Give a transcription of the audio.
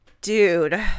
dude